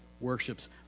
worships